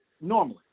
normally